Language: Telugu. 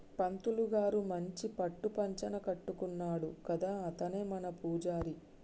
పంతులు గారు మంచి పట్టు పంచన కట్టుకున్నాడు కదా అతనే మన పూజారి